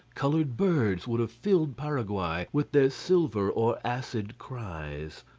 colored birds would have filled paraguay with their silver or acid cries.